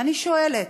ואני שואלת: